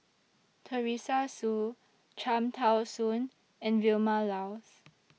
Teresa Hsu Cham Tao Soon and Vilma Laus